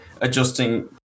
adjusting